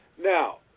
Now